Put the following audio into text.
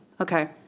Okay